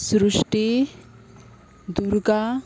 Srushti Durga